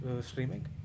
streaming